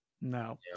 No